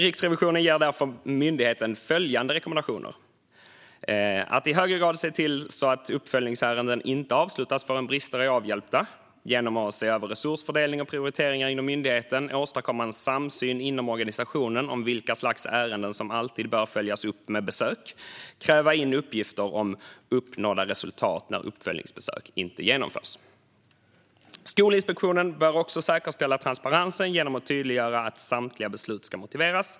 Riksrevisionen ger därför myndigheten följande rekommendationer: Skolinspektionen bör i högre grad se till att uppföljningsärenden inte avslutas förrän brister är avhjälpta, genom att se över resursfördelningen och prioriteringar inom myndigheten, åstadkomma en samsyn inom organisationen om vilka slags ärenden som alltid bör följas upp med besök och kräva in uppgifter om uppnådda resultat när uppföljningsbesök inte genomförs. Skolinspektionen bör också säkerställa transparensen genom att tydliggöra att samtliga beslut ska motiveras.